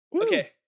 Okay